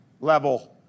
level